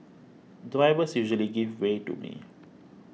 drivers usually give way to me